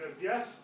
Yes